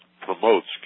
promotes